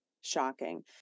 shocking